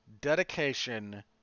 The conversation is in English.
dedication